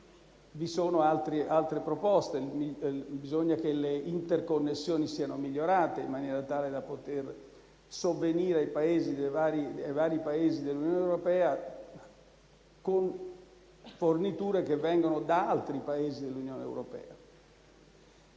vi sono anche altre proposte: bisogna che le interconnessioni siano migliorate, in maniera tale da poter sovvenire ai vari Paesi dell'Unione europea con forniture provenienti da altri Paesi dell'Unione.